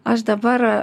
aš dabar